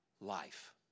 life